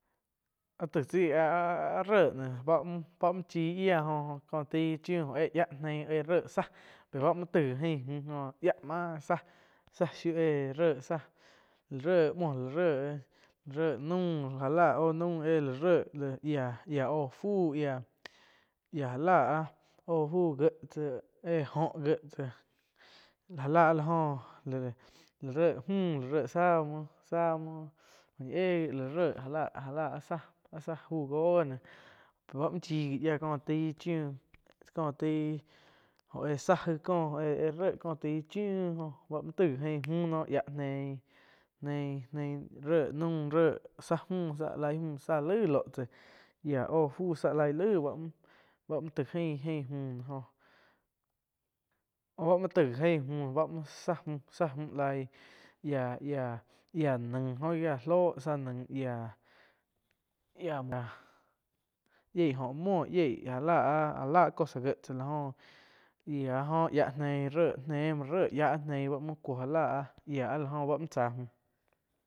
Áh taig cháih áh-áh ré ne ba mu, na mu chíh yia jo-jo ko taih chiu oh éh yiah neih oh éh réh záh bá muoh taig gi ain müh go jo yia máh záh, záh shiu éh ré záh la ré muoh la ré, ré naum jála óh naum éh la ré la yia-yia óh fu yia já lá áh oh fu gieh tsá éh jo gie tsá já la áh la joh jo la ré müh la ré zah muo, zá muo oh ñi éh gi la réh ja lá-ja lá áh záh fu gi noh bá muo chi gi yía ko taih chiu, có taih jo éh záh aig có éu áh muoh-éh ré ko taih chiu jo taig gi ain mü no yia neih, neih-neih ré naum re záh mü záh laig mü zá lai ló tsáh yia oh fu laih lai báh, báh muooh taig ain muh no jo, jo báh muo taig ain mu no joh, oh báh muo taig ain mu bá muo zá mü zá mü laig yia-yia naig oh yia lóh záh nain yiah, yiah yieh jo muoh yieg ja lá ah cosa gie tsá la oh yia jo yáh neih re ne muo re yah nei muoh cuo ja la áh yia la la jo muo tsá müh.